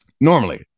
Normally